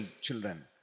children